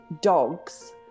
dogs